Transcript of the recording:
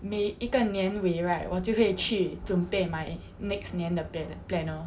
每一个年尾 right 我就会去准备 my next 年 plan planner